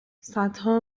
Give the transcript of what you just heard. صدها